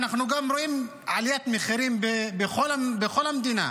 אנחנו גם רואים עליית מחירים בכל המדינה.